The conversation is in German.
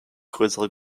größere